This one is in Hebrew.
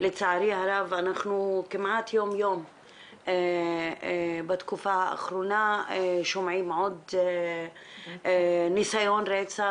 לצערי הרב אנחנו כמעט יום יום בתקופה האחרונה שומעים על עוד ניסיון רצח,